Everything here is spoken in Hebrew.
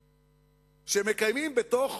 למעסיקים שמקיימים בתוך